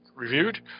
reviewed